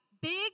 Big